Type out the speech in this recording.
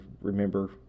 remember